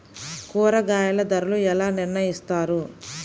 కూరగాయల ధరలు ఎలా నిర్ణయిస్తారు?